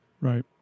right